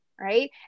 right